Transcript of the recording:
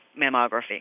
mammography